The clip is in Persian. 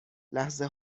لحظه